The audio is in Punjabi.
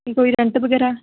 ਅਤੇ ਕੋਈ ਰੈਂਟ ਵਗੈਰਾ